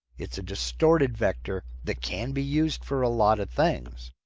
it's a distorted vector that can be used for a lot of things.